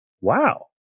Wow